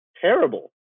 terrible